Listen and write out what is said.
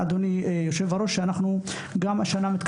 גם אם אנחנו באמצע השנה.